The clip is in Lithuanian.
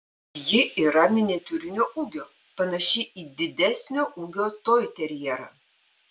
ji yra miniatiūrinio ūgio panaši į didesnio ūgio toiterjerą